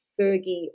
Fergie